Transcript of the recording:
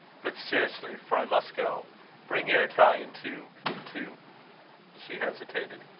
but, seriously, for i must go bring your italian to to she hesitated.